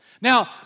Now